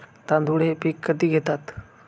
तांदूळ हे पीक कधी घेतात?